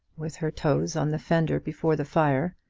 with her toes on the fender before the fire,